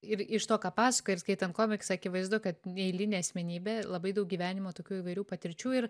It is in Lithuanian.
ir iš to ką pasakoji ir skaitant komiksą akivaizdu kad neeilinė asmenybė labai daug gyvenimo tokių įvairių patirčių ir